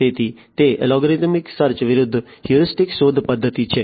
તેથી તે algorithmic search વિરુદ્ધ હ્યુરિસ્ટિક શોધ પદ્ધતિ છે